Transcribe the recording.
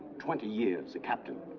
twenty years a captain,